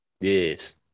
Yes